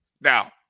now